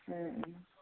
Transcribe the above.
ம் ம்